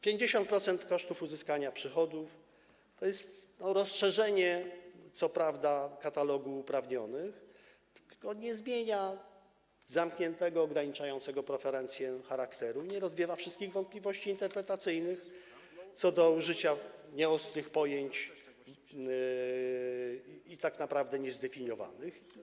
50% kosztów uzyskania przychodów - to jest co prawda rozszerzenie katalogu uprawnionych, tylko to nie zmienia jego zamkniętego, ograniczającego preferencję charakteru i nie rozwiewa wszystkich wątpliwości interpretacyjnych co do użycia pojęć nieostrych i tak naprawdę niezdefiniowanych.